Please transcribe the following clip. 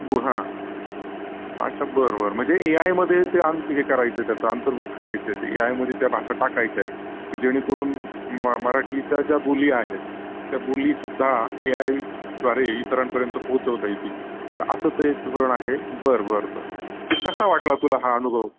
बु हां अच्छा बर बर म्हणजे एआयमध्ये ते आं हे करायचं आहे त्याचा अंतर्भूत करायचं आहे ते एआयमध्ये त्या भाषा टाकायच्या आहेत की जेणेकरून म मराठीच्या ज्या बोली आहेत त्या बोलीसुद्धा एआयद्वारे इतरांपर्यंत पोहोचवता येतील तर असं ते एक धोरण आहे बर बर बर कसा वाटला तुला हा अनुभव